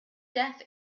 death